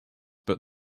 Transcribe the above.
but